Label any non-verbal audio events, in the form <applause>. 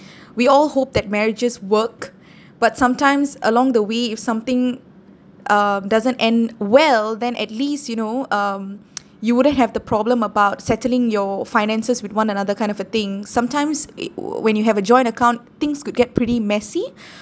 we all hope that marriages work but sometimes along the way if something um doesn't end well then at least you know um <noise> you wouldn't have the problem about settling your finances with one another kind of a thing sometimes it wou~ when you have a joint account things could get pretty messy <breath>